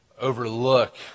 overlook